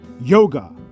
Yoga